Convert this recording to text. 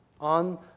on